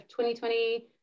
2020